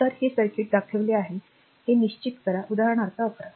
तर हे सर्किट दाखवले आहे हे निश्चित करा उदाहरणार्थ 11